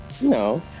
No